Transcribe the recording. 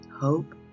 hope